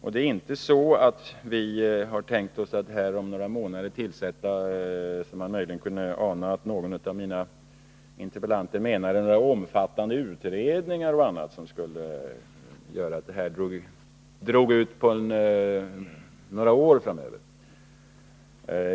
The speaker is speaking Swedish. Vi har inte heller tänkt oss — som man möjligen kunde ana att någon av interpellanterna menade — att om några månader tillsätta omfattande utredningar m.m. som skulle göra att detta drog ut på tiden några år framöver.